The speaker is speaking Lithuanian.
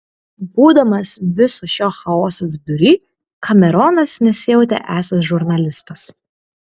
būdamas viso šio chaoso vidury kameronas nesijautė esąs žurnalistas